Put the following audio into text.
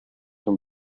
from